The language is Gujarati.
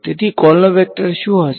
તેથી કોલમ વેકટર શુ હશે